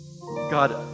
God